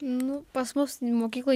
nu pas mus mokykloj